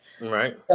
Right